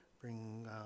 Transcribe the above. bring